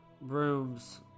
rooms